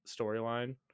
storyline